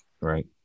right